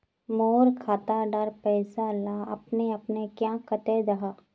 मोर खाता डार पैसा ला अपने अपने क्याँ कते जहा?